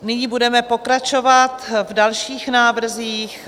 Nyní budeme pokračovat v dalších návrzích.